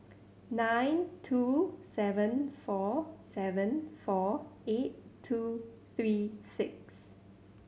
nine two seven four seven four eight two three six